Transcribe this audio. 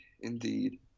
Indeed